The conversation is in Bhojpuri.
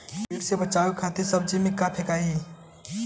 कीट से बचावे खातिन सब्जी में का फेकाई?